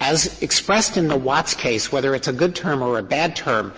as expressed in the watts case, whether it's a good term or a bad term.